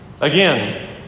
again